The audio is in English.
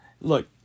look